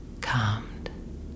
calmed